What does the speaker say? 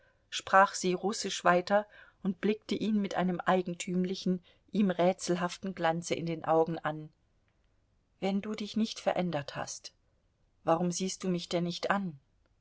sprach sie russisch weiter und blickte ihn mit einem eigentümlichen ihm rätselhaften glanze in den augen an wenn du dich nicht verändert hast warum siehst du mich denn nicht an